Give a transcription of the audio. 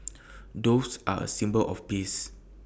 doves are A symbol of peace